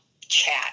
chat